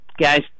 guys